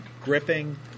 gripping